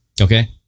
Okay